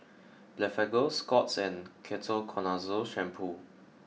Blephagel Scott's and Ketoconazole shampoo